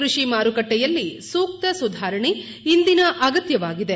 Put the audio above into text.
ಕೃಷಿ ಮಾರುಕಟ್ನೆಯಲ್ಲಿ ಸೂಕ್ತ ಸುಧಾರಣೆ ಇಂದಿನ ಅಗತ್ಯವಾಗಿದೆ